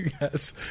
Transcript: Yes